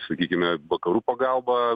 sakykime vakarų pagalba